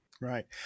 Right